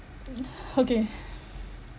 okay